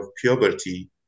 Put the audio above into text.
puberty